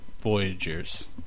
Voyagers